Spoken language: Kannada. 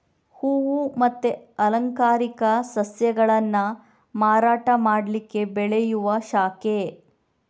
ಹೂವು ಮತ್ತೆ ಅಲಂಕಾರಿಕ ಸಸ್ಯಗಳನ್ನ ಮಾರಾಟ ಮಾಡ್ಲಿಕ್ಕೆ ಬೆಳೆಯುವ ಶಾಖೆ